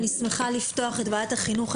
אני שמחה לפתוח את ועדת החינוך,